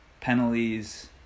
penalties